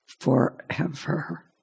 forever